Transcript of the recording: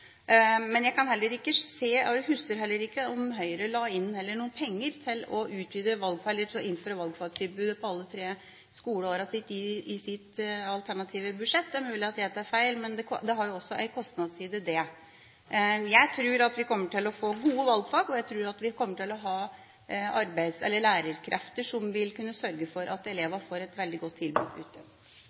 Jeg kan heller ikke se, og jeg husker heller ikke, at Høyre i sitt alternative budsjett la inn noen penger til å innføre valgfagstilbud for alle de tre skoleårene. Det er mulig at jeg tar feil, men dette har jo også en kostnadsside. Jeg tror at vi kommer til å få gode valgfag, og jeg tror at vi kommer til å ha lærerkrefter som vil kunne sørge for at elevene får et veldig godt tilbud ute.